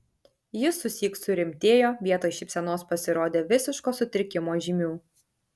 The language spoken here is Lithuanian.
jis susyk surimtėjo vietoj šypsenos pasirodė visiško sutrikimo žymių